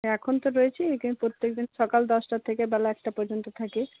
এখন তো রয়েছি কিন্তু প্রত্যেকদিন সকাল দশটা থেকে বেলা একটা পর্যন্ত থাকি